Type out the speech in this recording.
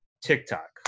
TikTok